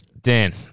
Dan